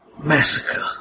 massacre